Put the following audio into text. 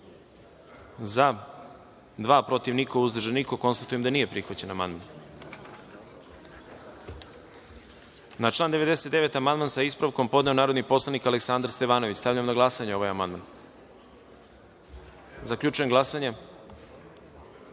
– dva, protiv – niko, uzdržanih – nema. Konstatujem da nije prihvaćen amandman. Na član 100. amandman sa ispravkom, je podneo narodni poslanik Aleksandar Stevanović. Stavljam na glasanje ovaj amandman. Zaključujem glasanje